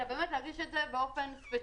אלא להגיש את זה באופן ספציפי,